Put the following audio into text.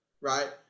right